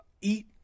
eat